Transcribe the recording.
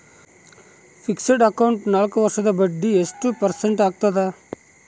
Fixed account ನಾಲ್ಕು ವರ್ಷಕ್ಕ ಬಡ್ಡಿ ಎಷ್ಟು ಪರ್ಸೆಂಟ್ ಆಗ್ತದ?